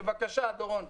בבקשה, דורון.